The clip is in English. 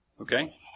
okay